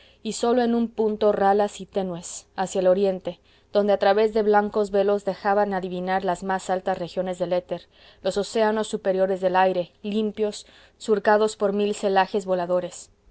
y sólo en un punto ralas y tenues hacia el oriente donde a través de blancos velos dejaban adivinar las más altas regiones del éter los océanos superiores del aire limpios surcados por mil celajes voladores